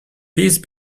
peace